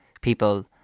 people